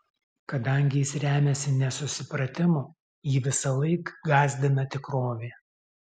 kadangi jis remiasi nesusipratimu jį visąlaik gąsdina tikrovė